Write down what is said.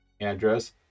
address